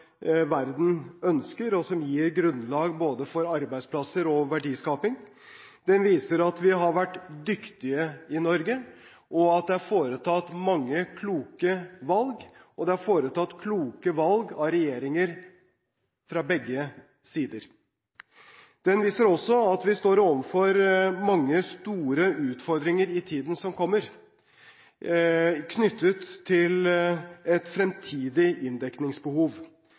verden ønsker, og som gir grunnlag for både arbeidsplasser og verdiskaping, at vi har vært dyktige i Norge, og at det har vært foretatt mange kloke valg. Det er foretatt kloke valg av regjeringer fra begge sider. Den viser også at vi står overfor mange store utfordringer i tiden som kommer med hensyn til et fremtidig inndekningsbehov.